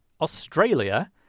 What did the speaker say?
Australia